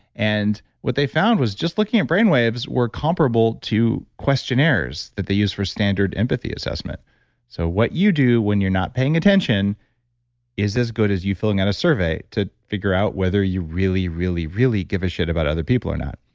and what they found was, just looking at brain waves, were comparable to questionnaires that they use for standard empathy assessment so what you do when you're not paying attention is as good as you filling out a survey to figure out whether you really, really, really give a shit about other people or not.